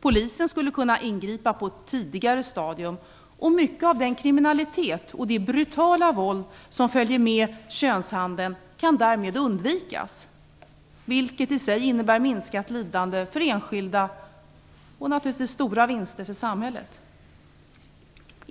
Polisen skulle kunna ingripa på ett tidigare stadium. Mycket av den kriminalitet och det brutala våld som följer med könshandeln skulle därmed undvikas, vilket i sig skulle innebära minskat lidande för enskilda och naturligtvis stora vinster för samhället.